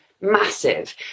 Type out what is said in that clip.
massive